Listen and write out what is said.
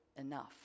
enough